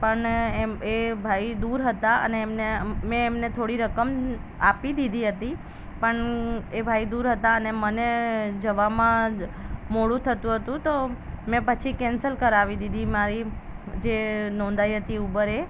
પણ એમ એ ભાઈ દૂર હતા અને એમને મેં એમને થોડી રકમ આપી દીધી હતી પણ એ ભાઈ દૂર હતા અને મને જવામાં જ મોડું થતું હતું તો મેં પછી કેન્સલ કરાવી દીધી મારી જે નોંધાવી હતી ઉબર એ